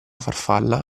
farfalla